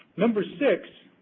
number six,